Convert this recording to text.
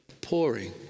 pouring